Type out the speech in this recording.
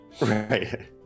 Right